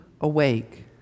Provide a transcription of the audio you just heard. awake